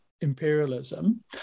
imperialism